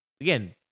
again